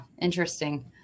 Interesting